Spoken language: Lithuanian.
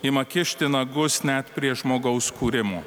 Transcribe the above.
ima kišti nagus net prie žmogaus kūrimo